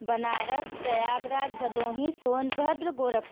Banaras Prayagraj Bhadohi Sonbhadra Gorakhpur